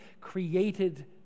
created